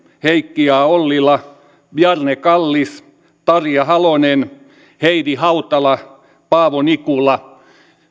heikki a ollila bjarne kallis tarja halonen heidi hautala paavo nikula